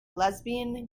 lesbian